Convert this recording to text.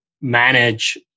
manage